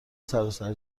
سراسر